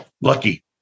lucky